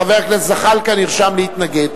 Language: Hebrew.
חבר הכנסת זחאלקה נרשם להתנגד.